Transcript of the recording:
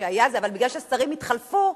אבל בגלל ששרים התחלפו,